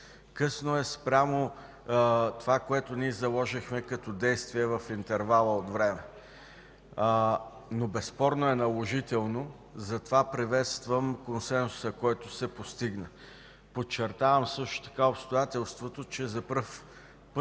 късно е спрямо онова, което заложихме като действия в интервала от време. Но безспорно е наложително, затова приветствам консенсуса, който се постигна. Подчертавам и обстоятелството, че за пръв път